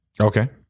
Okay